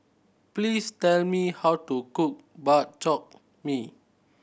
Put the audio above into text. please tell me how to cook Bak Chor Mee